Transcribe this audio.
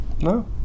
No